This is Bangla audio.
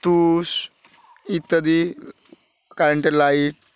তুষ ইত্যাদি কারেন্টের লাইট